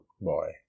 boy